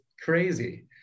crazy